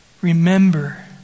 Remember